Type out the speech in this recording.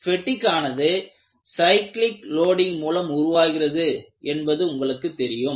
பெட்டிக் ஆனது cyclic loading மூலம் உருவாகிறது என்பது உங்களுக்கு தெரியும்